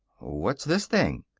what's this thing?